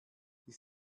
die